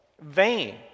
vain